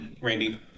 Randy